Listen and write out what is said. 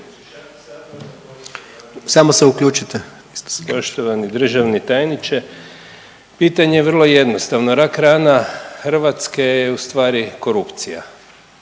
Samo se uključite.